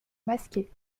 masquée